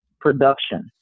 production